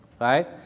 right